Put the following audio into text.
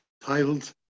titled